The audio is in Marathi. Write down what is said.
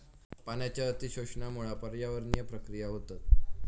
पाण्याच्या अती शोषणामुळा पर्यावरणीय प्रक्रिया होतत